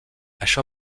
això